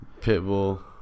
Pitbull